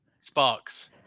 Sparks